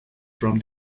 from